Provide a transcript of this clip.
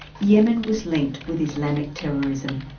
yemen was linked with islamic terrorism.